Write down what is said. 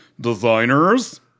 Designers